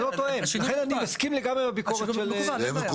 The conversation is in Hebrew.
לכן, אני מסכים לגמרי עם הביקורת של תומר.